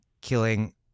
killing